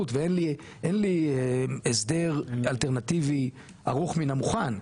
ואין לי הסדר אלטרנטיבי ערוך מן המוכן.